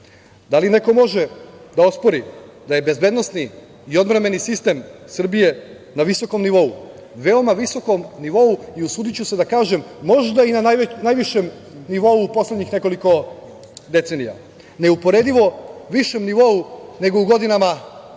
li neko može da ospori da je bezbednosni i odbrambeni sistem Srbije na visokom nivou, veoma visokom nivou i, usudiću se da kažem, možda i na najvišem nivou u poslednjih nekoliko decenija, neuporedivo višem nivou nego u godinama kada